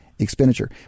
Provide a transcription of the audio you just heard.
expenditure